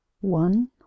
One